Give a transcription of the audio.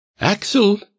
Axel